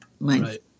Right